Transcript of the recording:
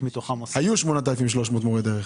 היו 8,300 מורי דרך.